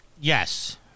Yes